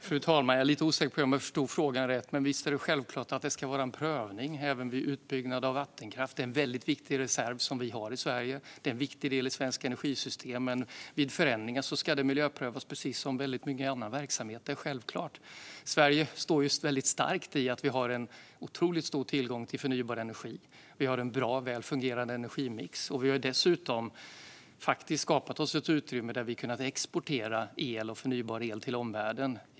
Fru talman! Jag är lite osäker på om jag förstod frågan rätt, men visst är det självklart att det ska ske en prövning även vid utbyggnad av vattenkraft. Det är en viktig reserv som vi har i Sverige och en viktig del i det svenska energisystemet, men vid förändringar ska det miljöprövas precis som många andra verksamheter. Det är självklart. Sverige står starkt i att vi har en otroligt stor tillgång till förnybar energi. Vi har en bra och väl fungerande energimix, och vi har dessutom skapat oss ett utrymme där vi har kunnat exportera förnybar el till omvärlden.